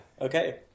okay